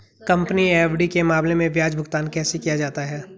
Company FD के मामले में ब्याज भुगतान कैसे किया जाता है?